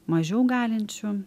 mažiau galinčių